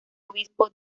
obispo